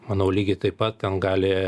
manau lygiai taip pat ten gali